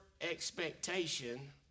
expectation